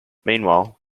meanwhile